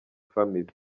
family